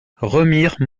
remire